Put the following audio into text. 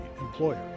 employer